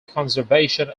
conservation